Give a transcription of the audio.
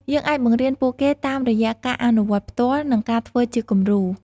យើងអាចបង្រៀនពួកគេតាមរយៈការអនុវត្តផ្ទាល់ និងការធ្វើជាគំរូ។